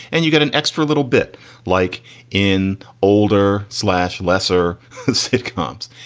and you get an extra little bit like in older slash lesser sitcoms.